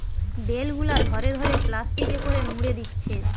bell গুলা ধরে ধরে প্লাস্টিকে করে মুড়ে দিচ্ছে